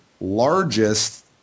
largest